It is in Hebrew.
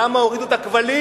למה הורידו את הכבלים?